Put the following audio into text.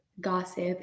gossip